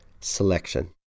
Selection